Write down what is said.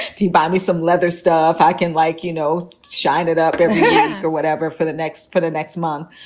if you buy me some leather stuff i can like, you know, shine it up or whatever for the next for the next month,